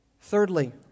Thirdly